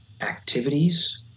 activities